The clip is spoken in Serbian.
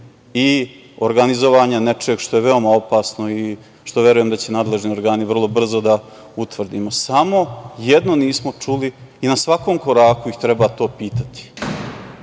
i organizovanja nečeg što je veoma opasno, što verujem da će nadležni organi vrlo brzo da utvrdimo, samo jedno nismo čuli i na svakom koraku ih treba to pitati